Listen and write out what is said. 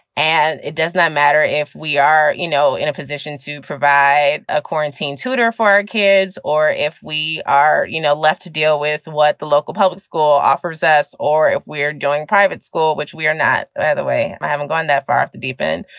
and it does not matter if we are, you know, in a position to provide a quarantine tutor for our kids or if we are you know left to deal with what the local public school offers us or if we're going private school, which we are not the way i haven't gone that far off the deep end.